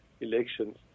elections